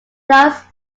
thus